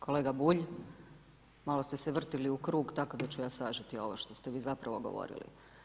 Kolega Bulj, malo ste se vrtili u krug tako da ću ja sažeti ovo što ste vi zapravo govorili.